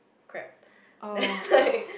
crap then like